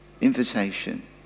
Invitation